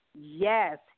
yes